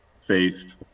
faced